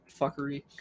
fuckery